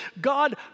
God